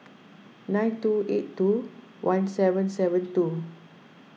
nine two eight two one seven seven two